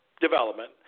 development